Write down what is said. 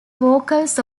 vocals